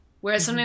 Whereas